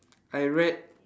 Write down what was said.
I read